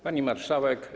Pani Marszałek!